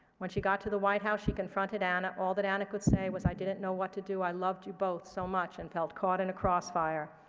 when she got to the white house, she confronted anna. all that anna could say was i didn't know what to do, i loved you both so much and felt caught in a crossfire.